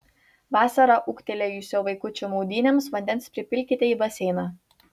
vasarą ūgtelėjusio vaikučio maudynėms vandens pripilkite į baseiną